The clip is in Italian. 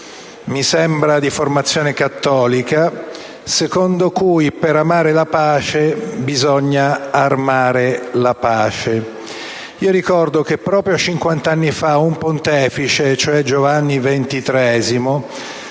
mi sembra sia di formazione cattolica, secondo cui per amare la pace bisogna armare la pace. Ricordo che proprio 50 anni fa il pontefice Giovanni XXIII